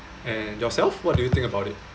and yourself what do you think about it